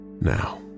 now